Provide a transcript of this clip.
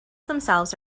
themselves